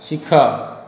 ଶିଖ